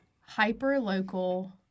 hyper-local